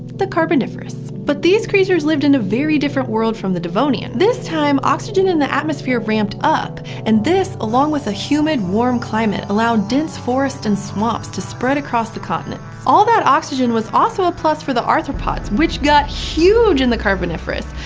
the carboniferous. but these creatures lived in a very different world from the devonian. this time, oxygen in the atmosphere ramped up, and this, along with a humid, warm climate, allowed dense forests and swamps to spread across the continents. all that oxygen was also a plus for the arthropods, which got huge in the carboniferous.